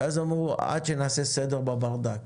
ואז אמרו, עד שנעשה סדר בברדק.